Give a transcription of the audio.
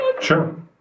Sure